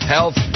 Health